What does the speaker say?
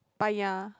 Paya